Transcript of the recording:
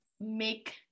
make